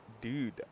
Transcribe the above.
Dude